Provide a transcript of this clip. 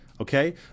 Okay